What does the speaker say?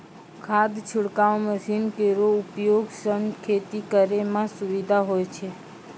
खाद छिड़काव मसीन केरो उपयोग सँ खेती करै म सुबिधा होय छै